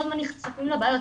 כל הזמן נחשפים לבעיות,